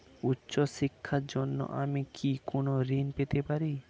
উচ্চশিক্ষার জন্য আমি কি কোনো ঋণ পেতে পারি?